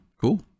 cool